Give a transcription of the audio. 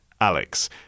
Alex